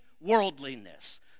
worldliness